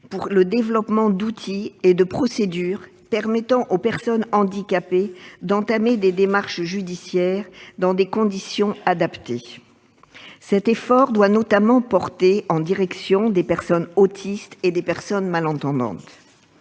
pour le développement d'outils et de procédures permettant aux personnes handicapées d'entamer des démarches judiciaires dans des conditions adaptées. Cet effort doit notamment viser les personnes autistes et les personnes malentendantes.